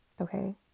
Okay